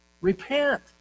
Repent